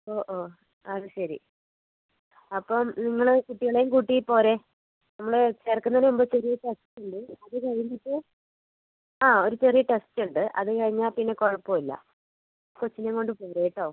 ഓ ഓ അതുശരി അപ്പം നിങ്ങൾ കുട്ടികളേയും കൂട്ടി പോര് നമ്മൾ ചേർക്കുന്നതിന് മുമ്പ് ചെറിയൊരു ടെസ്റ്റ് ഉണ്ട് അത് കഴിഞ്ഞിട്ട് ആ ഒരു ചെറിയ ടെസ്റ്റ് ഉണ്ട് അത് കഴിഞ്ഞാൽപ്പിന്നെ കുഴപ്പം ഇല്ല കൊച്ചിനേയും കൊണ്ടുപോര് കേട്ടോ